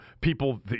people